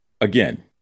again